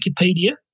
Wikipedia